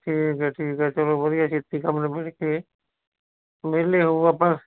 ਠੀਕ ਹੈ ਠੀਕ ਹੈ ਚੱਲੋ ਵਧੀਆ ਛੇਤੀ ਕੰਮ ਨਿਬੇੜ ਕੇ ਵਿਹਲੇ ਹੋ ਆਪਾਂ